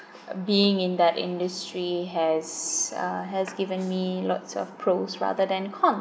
being in that industry has uh has given me lots of pros rather than cons